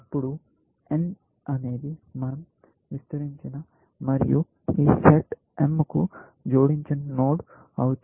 అప్పుడు n అనేది మనం విస్తరించిన మరియు ఈ సెట్ M కు జోడించిన నోడ్ అవుతుంది